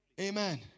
Amen